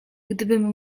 gdybym